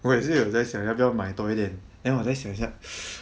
我也是有在想要不要买多一点 then 我在想想